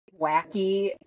wacky